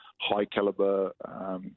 high-caliber